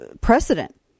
Precedent